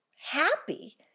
happy